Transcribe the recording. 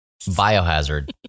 Biohazard